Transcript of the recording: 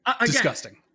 Disgusting